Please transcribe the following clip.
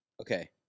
Okay